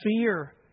fear